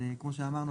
אז כמו שאמרנו,